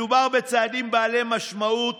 מדובר בצעדים בעלי משמעות